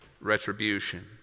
retribution